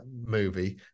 movie